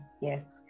Yes